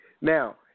Now